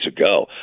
ago